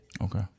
Okay